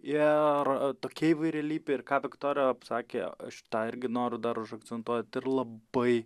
ir tokia įvairialypė ir ką viktorija apsakė aš tą irgi noriu dar užakcentuot ir labai